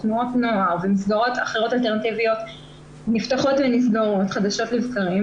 תנועות נוער ומסגרות אחרות אלטרנטיביות נפתחות ונסגרות חדשות לבקרים,